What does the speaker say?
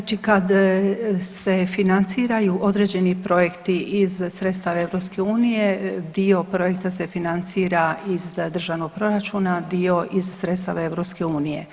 Znači kad se financiraju određeni projekti iz sredstava EU, dio projekta se financira iz državnog proračuna, a dio iz sredstava EU.